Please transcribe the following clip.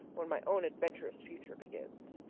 when my own adventurous future begins.